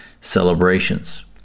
celebrations